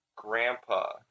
grandpa